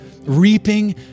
reaping